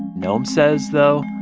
noem says, though,